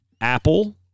Apple